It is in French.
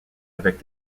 avec